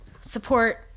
support